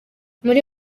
muri